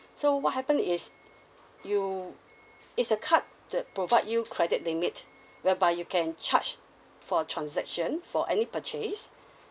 so what happen is you it's a card that provide you credit limit whereby you can charge for transaction for any purchase